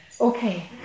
Okay